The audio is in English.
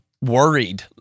worried